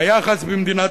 היחס במדינת